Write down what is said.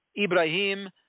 Ibrahim